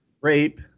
rape